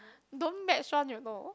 don't match one you know